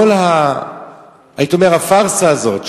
כל הפארסה הזאת,